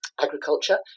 agriculture